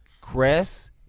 Chris